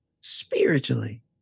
spiritually